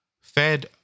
Fed